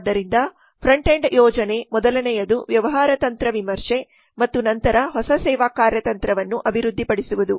ಆದ್ದರಿಂದ front end ಯೋಜನೆ ಮೊದಲನೆಯದು ವ್ಯವಹಾರ ತಂತ್ರ ವಿಮರ್ಶೆ ಮತ್ತು ನಂತರ ಹೊಸ ಸೇವಾ ಕಾರ್ಯತಂತ್ರವನ್ನು ಅಭಿವೃದ್ಧಿಪಡಿಸುವುದು